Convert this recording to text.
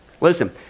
Listen